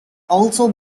also